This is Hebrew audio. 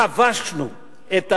"כבשנו" את,